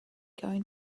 going